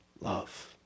love